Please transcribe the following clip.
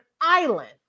island